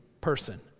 person